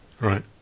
Right